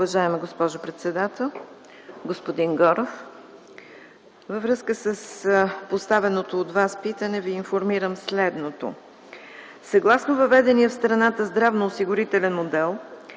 Уважаема госпожо председател, господин Горов! Във връзка с поставеното от Вас питане Ви информирам следното. Съгласно въведения в страната здравноосигурителен модел,